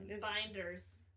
Binders